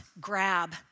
grab